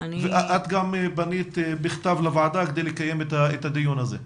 את גם פנית בכתב לוועדה כדי לקיים את הדיון הזה.